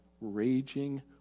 raging